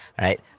right